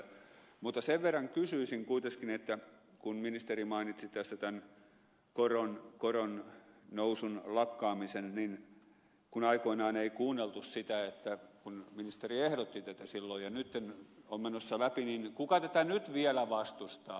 mutta sen verran kysyisin kuitenkin kun ministeri mainitsi tässä tämän koron nousun lakkaamisen että kun aikoinaan ei kuunneltu sitä kun ministeri ehdotti tätä silloin ja nyt se on menossa läpi niin kuka tätä nyt vielä vastustaa